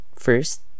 First